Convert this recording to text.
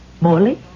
Morley